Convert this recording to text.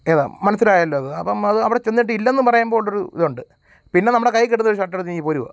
ഏതാണ് മനസ്സിലായല്ലൊ അത് അപ്പം അതവിടെച്ചെന്നിട്ട് ഇല്ലെന്ന് പറയുമ്പോൾ ഉള്ളൊരു ഇതുണ്ട് പിന്നെ നമ്മുടെ കയ്യിൽക്കിട്ടുന്നൊരു ഷർട്ടെടുത്ത് ഇങ്ങ് പോരുകയാണ്